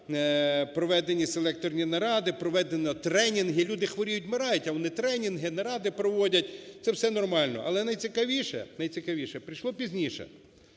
проведені селекторні наради, проведені тренінги. Люди хворіють, вмирають, а вони тренінги, наради проводять, це все нормально. Але найцікавіше, найцікавіше, прийшло пізніше.